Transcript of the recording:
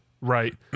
Right